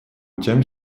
тем